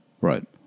right